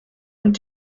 und